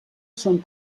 són